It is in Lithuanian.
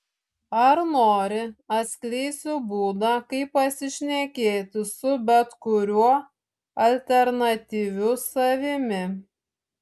ar nori atskleisiu būdą kaip pasišnekėti su bet kuriuo alternatyviu savimi